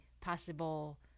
possible